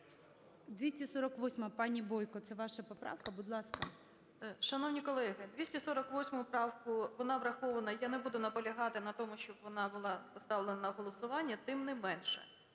248-а. Пані Бойко, це ваша поправка. Будь ласка. 13:55:06 БОЙКО О.П. Шановні колеги! 248 правка, вона врахована. Я не буду наполягати на тому, щоб вона була поставлена на голосування, тим не менше…